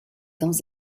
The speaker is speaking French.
dans